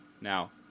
Now